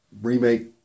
remake